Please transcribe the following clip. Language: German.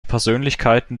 persönlichkeiten